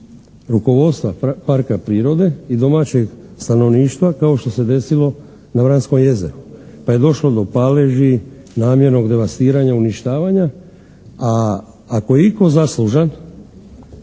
rukovodstva parka prirode i domaćeg stanovništva kao što se desilo na Vranskom jezeru pa je došlo do paleži, namjernog devastiranja, uništavanja a ako je itko zaslužan